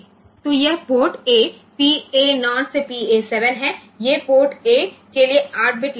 तो यह port A PA 0 से पीए 7 है ये पोर्ट ए के लिए 8 बिट लाइनें हैं